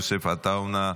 יוסף עטאונה,